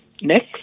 next